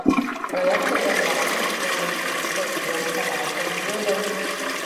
projekto dedlainas buvo nustatytas dviem savaitėms vėliau